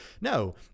No